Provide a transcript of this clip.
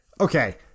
okay